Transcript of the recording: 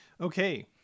Okay